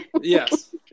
Yes